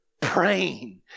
praying